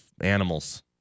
animals